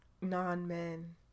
Non-men